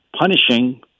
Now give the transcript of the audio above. punishing